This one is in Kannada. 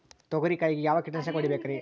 ತೊಗರಿ ಕಾಯಿಗೆ ಯಾವ ಕೀಟನಾಶಕ ಹೊಡಿಬೇಕರಿ?